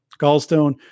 gallstone